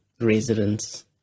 residents